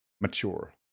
mature